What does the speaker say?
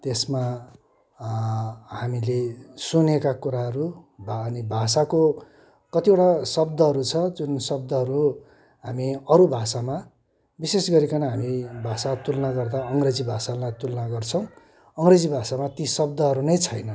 त्यसमा हामीले सुनेका कुराहरू भा अनी भाषाको कतिवटा शब्दहरू छ जुन शब्दहरू हामी अरू भाषामा विशेष गरिकन हामी भाषा तुलना गर्दा अङ्ग्रेजी भाषालाई तुलना गर्छौँ अङ्ग्रेजी भाषामा ति शब्दहरू नै छैनन्